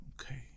Okay